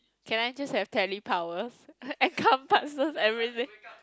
can I just have tele powers encompasses everything